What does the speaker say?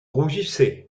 rougissez